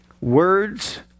words